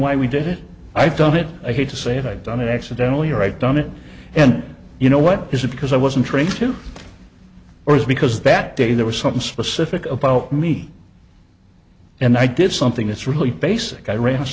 why we did it i've done it i hate to say it i've done it accidentally or i'd done it and you know what is it because i wasn't trying to or is because that day there was something specific about me and i did something that's really basic i ran a